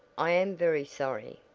i am very sorry.